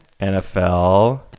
NFL